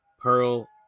Pearl